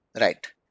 Right